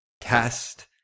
test